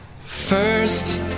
First